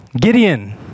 Gideon